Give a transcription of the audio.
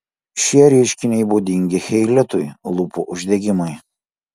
šie reiškiniai būdingi cheilitui lūpų uždegimui